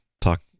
talk